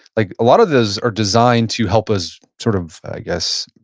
like a lot of those are designed to help us, sort of i guess,